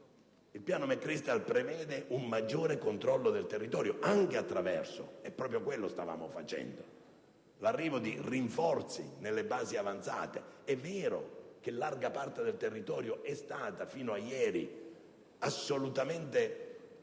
del piano McChrystal, che prevede un maggior controllo del territorio, anche attraverso - proprio quello che stavamo facendo - l'arrivo di rinforzi nelle basi avanzate. È vero che larga parte del territorio fino a ieri è stata assolutamente